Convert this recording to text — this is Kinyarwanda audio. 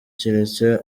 keretse